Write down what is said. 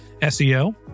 S-E-O